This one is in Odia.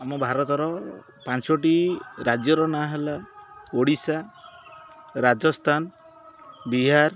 ଆମ ଭାରତର ପାଞ୍ଚଟି ରାଜ୍ୟର ନାଁ ହେଲା ଓଡ଼ିଶା ରାଜସ୍ଥାନ ବିହାର